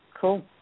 cool